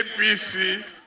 APC